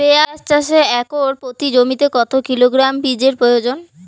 পেঁয়াজ চাষে একর প্রতি জমিতে কত কিলোগ্রাম বীজের প্রয়োজন?